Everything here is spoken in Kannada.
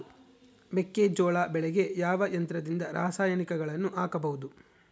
ಮೆಕ್ಕೆಜೋಳ ಬೆಳೆಗೆ ಯಾವ ಯಂತ್ರದಿಂದ ರಾಸಾಯನಿಕಗಳನ್ನು ಹಾಕಬಹುದು?